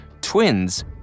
twins